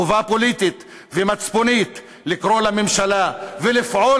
חובה פוליטית ומצפונית לקרוא לממשלה ולפעול